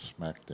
Smackdown